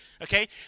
Okay